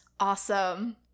Awesome